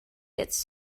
gets